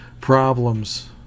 problems